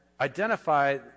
identify